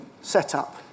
set-up